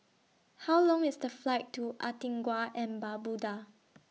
How Long IS The Flight to Antigua and Barbuda